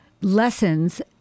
lessons